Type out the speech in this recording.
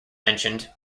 mentioned